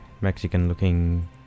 Mexican-looking